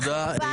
תודה,